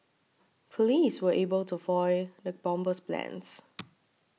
police were able to foil the bomber's plans